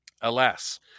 Alas